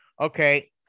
okay